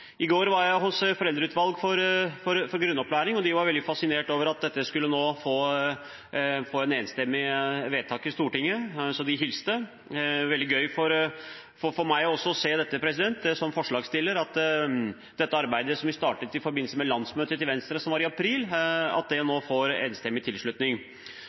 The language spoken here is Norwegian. I går var jeg hos Foreldreutvalget for grunnopplæringen, og de var veldig fascinert over at dette nå skulle få et enstemmig vedtak i Stortinget, så de hilste. Det var veldig gøy også for meg som forslagsstiller å se at det arbeidet som vi startet i forbindelse med landsmøtet til Venstre, som var i april, nå får enstemmig tilslutning.